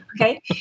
Okay